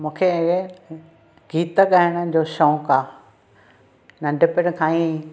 मूंखे गीत ॻाइण जो शौंक आहे नंढिपिण खां ई